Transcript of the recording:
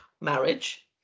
Marriage